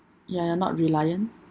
ya you're not reliant